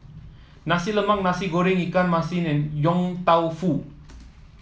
Nasi Lemak Nasi Goreng Ikan Masin and Yong Tau Foo